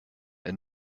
and